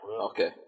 Okay